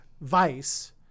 vice